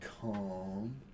calm